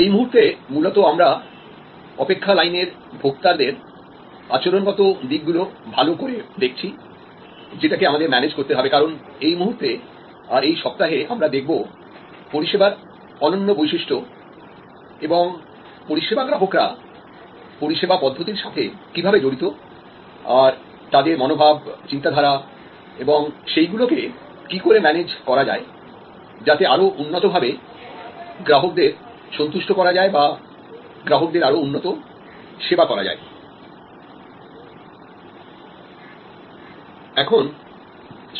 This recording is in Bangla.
এই মুহূর্তে মূলত আমরা অপেক্ষা লাইনের ভোক্তাদের আচরণগত দিক গুলো ভালো করে দেখছি যেটাকে আমাদের ম্যানেজ করতে হবে কারণ এই মুহূর্তে আর এই সপ্তাহে আমরা দেখব পরিষেবার অনন্য বৈশিষ্ট্য এবং পরিষেবা গ্রাহকরা পরিষেবা পদ্ধতির সাথে কিভাবে জড়িত আর তাদের মনোভাব চিন্তা ধারা এবং সেইগুলো কে কি করে ম্যানেজ করা যায় যাতে আরও উন্নত ভাবে গ্রাহকদের সন্তুষ্ট করা যায় বা গ্রাহকদের আরো উন্নত সেবা করা যায়